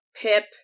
Pip